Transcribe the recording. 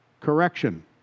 Correction